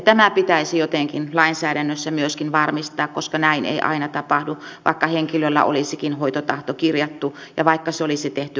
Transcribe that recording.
tämä pitäisi jotenkin lainsäädännössä myöskin varmistaa koska näin ei aina tapahdu vaikka henkilöllä olisikin hoitotahto kirjattu ja vaikka se olisi tehty oikeustoimikelpoisena